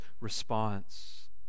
response